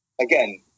again